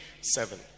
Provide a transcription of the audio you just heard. seven